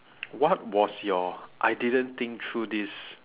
what was your I didn't think through this